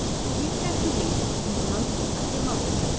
for week after week, and month after month,